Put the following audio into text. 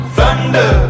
Thunder